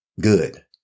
good